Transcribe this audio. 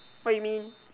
what you mean